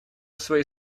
своей